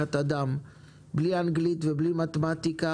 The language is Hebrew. לקחת אדם בלי אנגלית ובלי מתמטיקה,